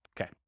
Okay